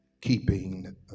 keeping